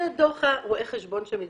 זה דוח רואה החשבון שמתבקש.